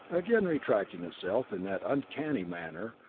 again retracting itself in that uncanny manner,